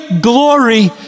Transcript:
glory